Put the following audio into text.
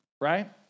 Right